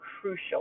crucial